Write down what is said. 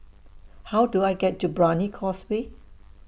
How Do I get to Brani Causeway